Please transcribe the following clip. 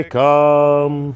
come